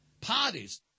parties